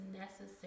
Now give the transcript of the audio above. necessary